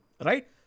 right